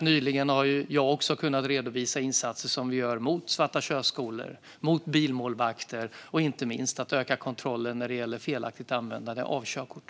Nyligen har jag redovisat insatser som vi gör mot svarta körskolor och bilmålvakter samt inte minst för att öka kontrollen av felaktigt användande av körkort.